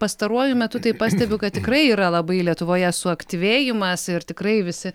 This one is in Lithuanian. pastaruoju metu tai pastebiu kad tikrai yra labai lietuvoje suaktyvėjimas ir tikrai visi